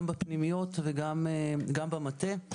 גם בפנימיות וגם במטה.